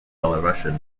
belarusian